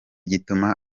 gituma